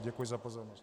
Děkuji za pozornost.